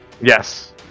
Yes